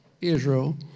Israel